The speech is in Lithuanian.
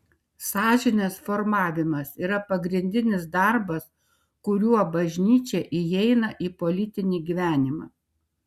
sąžinės formavimas yra pagrindinis darbas kuriuo bažnyčia įeina į politinį gyvenimą